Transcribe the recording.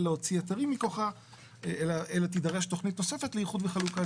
להוציא היתרים מכוחה אלא תידרש נוספת של איחוד וחלוקה,